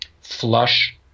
flush